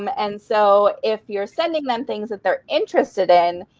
um and so if you're sending them things that they're interested in,